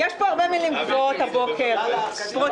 יש פה הרבה מילים גבוהות הבוקר: פרוצדורה,